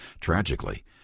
Tragically